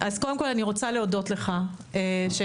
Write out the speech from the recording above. קודם כל אני רוצה להודות לך שהגעת.